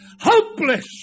hopeless